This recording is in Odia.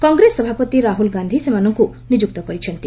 କଂଗ୍ରେସ ସଭାପତି ରାହୁଳ ଗାନ୍ଧି ସେମାନଙ୍କୁ ନିଯୁକ୍ତ କରିଛନ୍ତି